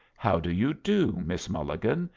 how do you do, miss mulligan?